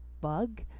bug